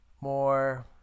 more